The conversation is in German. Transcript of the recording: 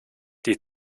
die